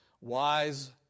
Wise